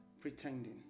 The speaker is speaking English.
Pretending